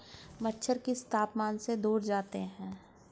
मच्छर किस तापमान से दूर जाते हैं?